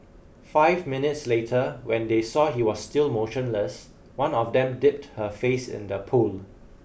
five minutes later when they saw he was still motionless one of them dipped her face in the pool